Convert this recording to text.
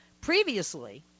Previously